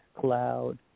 cloud